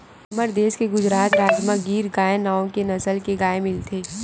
हमर देस के गुजरात राज म गीर गाय नांव के नसल के गाय मिलथे